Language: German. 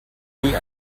nie